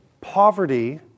poverty